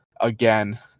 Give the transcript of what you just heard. again